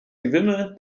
gewimmel